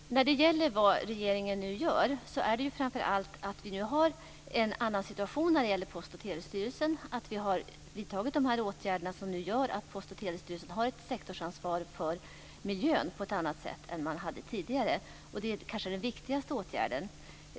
Herr talman! När det gäller vad regeringen nu gör är det framför allt att vi nu har en annan situation för Post och telestyrelsen. Vi har vidtagit de här åtgärderna som gör att Post och telestyrelsen har ett sektorsansvar för miljön på ett annat sätt än man hade tidigare, och det är kanske den viktigaste åtgärden.